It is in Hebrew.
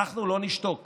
אנחנו לא נשתוק